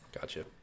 Gotcha